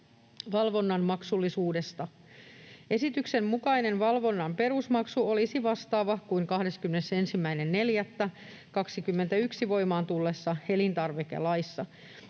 valvonnan maksullisuudessa. Esityksen mukainen valvonnan perusmaksu olisi vastaava kuin 21.4.21 voimaan tulleessa elintarvikelaissa.